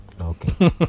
okay